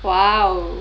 !wow!